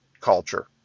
culture